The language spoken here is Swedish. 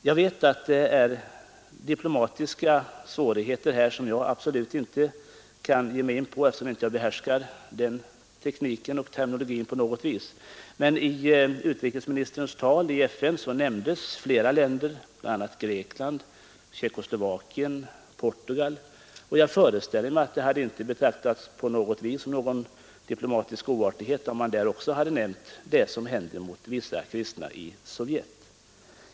Jag vet att det föreligger svårigheter av diplomatisk art, som jag absolut inte kan gå in på, eftersom jag inte på något vis behärskar tekniken och terminologin på detta område, men i utrikesministerns tal i FN nämndes flera länder, bl.a.. Grekland, Jugoslavien och Portugal, och jag föreställer mig att det inte på något sätt hade betraktats som en diplomatisk oartighet, om där också hade nämnts det som händer med de kristna i Sovjetunionen.